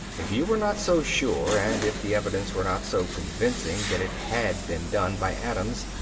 if you were not so sure and if the evidence were not so convincing that it had been done by adams,